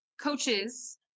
coaches